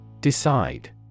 Decide